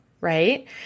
right